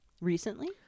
Recently